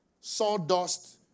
sawdust